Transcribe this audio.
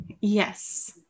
Yes